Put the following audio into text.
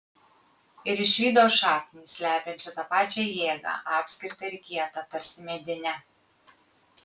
ir išvydo šaknį slepiančią tą pačią jėgą apskritą ir kietą tarsi medinę